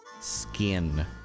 Skin